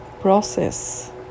process